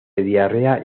diarrea